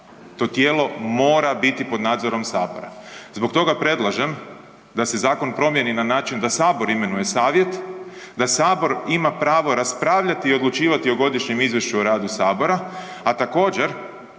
To tijelo mora biti pod nadzorom Sabora, zbog toga predlažem da se zakon promijeni na način da Sabor imenuje Savjet, da Sabor ima pravo raspravljati i odlučivati o godišnjem izvješću o radu Sabora, a također,